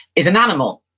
is an animal.